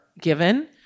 given